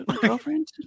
girlfriend